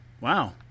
Wow